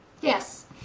Yes